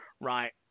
Right